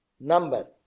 number